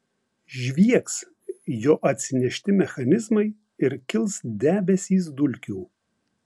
žviegs jo atsinešti mechanizmai ir kils debesys dulkių